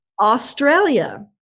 Australia